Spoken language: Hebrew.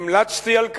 המלצתי על כך,